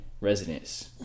residents